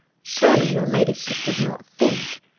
surely, your ladyship does not think,